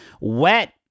wet